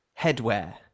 headwear